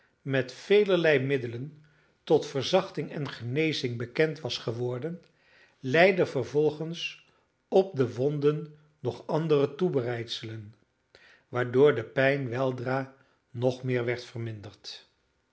met velerlei middelen tot verzachting en genezing bekend was geworden leide vervolgens op de wonden nog andere toebereidselen waardoor de pijn weldra nog meer werd verminderd